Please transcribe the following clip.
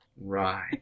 Right